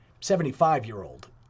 75-year-old